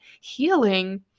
healing